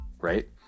right